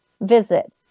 visit